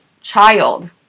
child